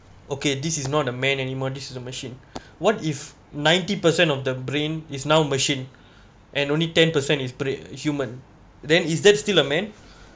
okay this is not a man anymore this is the machine what if ninety percent of the brain is now machine and only ten percent is brain human then is that still a man